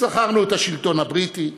זכרנו את השלטון הבריטי.